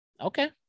Okay